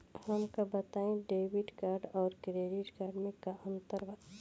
हमका बताई debit card और क्रेडिट कार्ड में का अंतर बा?